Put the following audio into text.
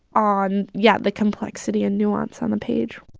on yeah the complexity and nuance on the page